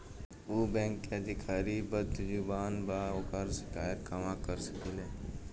उ बैंक के अधिकारी बद्जुबान बा ओकर शिकायत कहवाँ कर सकी ले